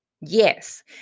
Yes